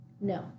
No